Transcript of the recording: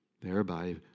thereby